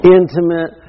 intimate